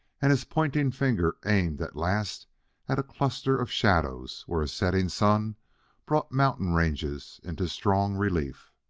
and his pointing finger aimed at last at a cluster of shadows where a setting sun brought mountain ranges into strong relief.